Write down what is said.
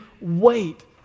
wait